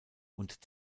und